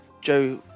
Joe